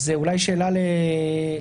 אז אולי שאלה לטל,